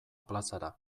plazara